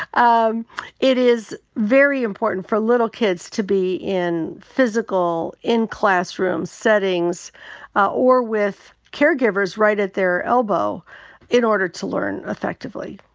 um it is very important for little kids to be in physical in-classroom settings or with caregivers right at their elbow in order to learn effectively.